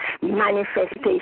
manifestation